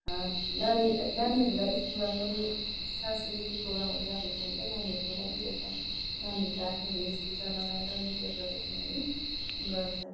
नानीहरूलाई नानीहरूलाई स्कुलमा पनि सांस्कृतिक प्रोगामहरू राखेको हुन्छ नानीहरूको लागि जसमा नानीहरूले आफ्नो वेशभूषा लगाएर नृत्य प्रदर्शनहरू गर्छ